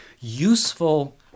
useful